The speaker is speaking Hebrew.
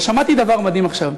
אבל שמעתי דבר מדהים עכשיו.